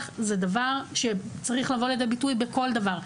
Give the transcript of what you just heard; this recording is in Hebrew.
זה דבר שצריך לבוא לידי ביטוי בכל דבר,